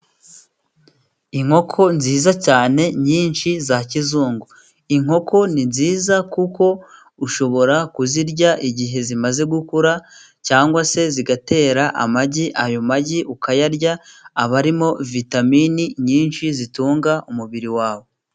Inkoko nziza cyane nyinshi za kizungu, inkoko ni nziza kuko ushobora kuzirya igihe zimaze gukura, cyangwa se zigatera amagi ayo magi ukayarya, aba arimo vitaminini nyinshi zitunga umubiri wawe.